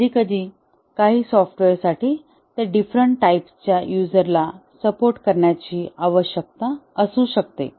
कधीकधी काही सॉफ्टवेअरसाठी ते डिफरेन्ट टाईप च्या युझर ला सपोर्ट करण्याची आवश्यकता असू शकते